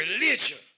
religion